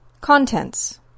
Contents